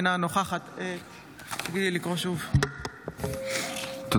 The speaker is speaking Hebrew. אינה נוכחת תודה רבה.